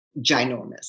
ginormous